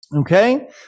Okay